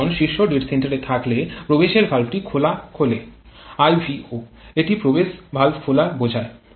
piston শীর্ষ dead সেন্টারে থাকলে প্রবেশের ভালভটি খোলে আইভিও একটি প্রবেশের ভালভ খোলা বোঝায়